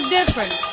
different